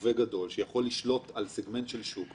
לווה גדול שיכול לשלוט על סגמנט של שוק,